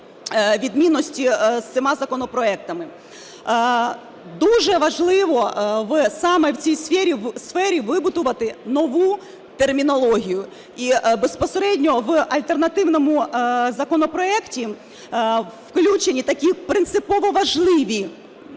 відмінності з цими законопроектами. Дуже важливо саме в цій сфері вибудувати нову термінологію, і безпосередньо в альтернативному законопроекті включені такі принципово важливі